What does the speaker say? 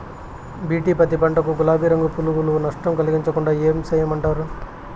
BT పత్తి పంట కు, గులాబీ రంగు పులుగులు నష్టం కలిగించకుండా ఏం చేయమంటారు?